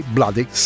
Bloody